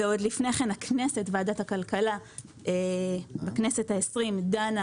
ועוד לפני כן ועדת הכלכלה של הכנסת בכנסת ה-20 דנה